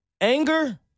anger